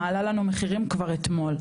מעלה לנו מחירים כבר אתמול,